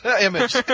image